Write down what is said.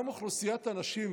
גם אוכלוסיית הנשים,